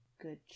good